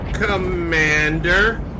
Commander